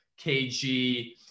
KG